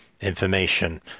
information